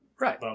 Right